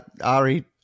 Ari